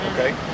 okay